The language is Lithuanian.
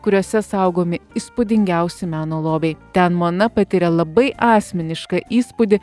kuriose saugomi įspūdingiausi meno lobiai ten mona patiria labai asmenišką įspūdį